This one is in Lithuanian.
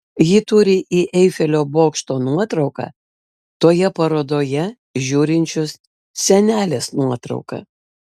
ji turi į eifelio bokšto nuotrauką toje parodoje žiūrinčios senelės nuotrauką